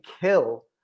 kill